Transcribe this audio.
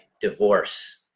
divorce